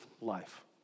life